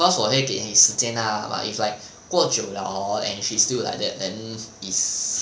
of course 我会给你时间 lah but if like 过久 liao hor and if it's still like that then is